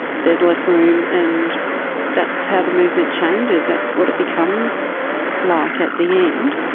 there's less room and that's how the movement changes, that's what it becomes like at the end.